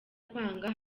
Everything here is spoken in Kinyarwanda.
kwanga